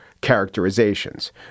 characterizations